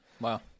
Wow